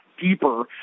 deeper